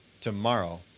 tomorrow